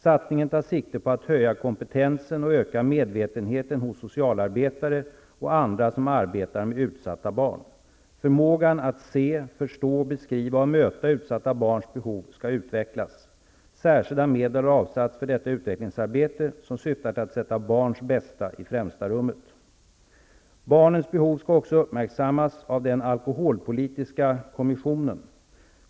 Satsningen tar sikte på att höja kompetensen och öka medvetenheten hos socialarbetare och andra som arbetar med utsatta barn. Förmågan att se, förstå, beskriva och möta utsatta barns behov skall utvecklas. Särskilda medel har avsatts för detta utvecklingsarbete som syftar till att sätta barns bästa i främsta rummet. - Barnens behov skall också uppmärksammas av den alkoholpolitiska kommissionen.